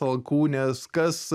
alkūnes kas